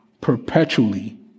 perpetually